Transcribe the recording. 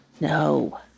No